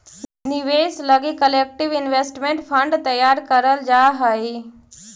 निवेश लगी collective investment fund तैयार करल जा हई